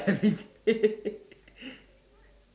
everyday